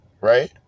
right